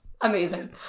Amazing